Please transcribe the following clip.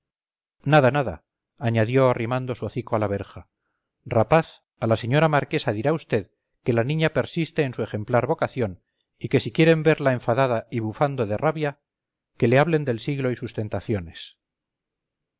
nada nada añadió arrimando su hocico a la verja rapaz a la señora marquesa dirá vd que la niña persiste en su ejemplar vocación y que si quieren verla enfadada y bufando de rabia que le hablen del siglo y sus tentaciones